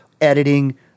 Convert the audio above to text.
editing